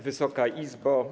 Wysoka Izbo!